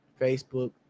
Facebook